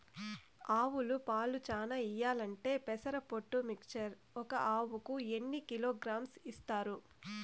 ఆవులు పాలు చానా ఇయ్యాలంటే పెసర పొట్టు మిక్చర్ ఒక ఆవుకు ఎన్ని కిలోగ్రామ్స్ ఇస్తారు?